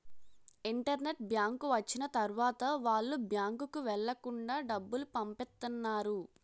internet bank వచ్చిన తర్వాత వాళ్ళు బ్యాంకుకు వెళ్లకుండా డబ్బులు పంపిత్తన్నారు